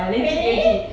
really